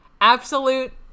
Absolute